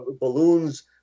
balloons